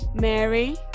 Mary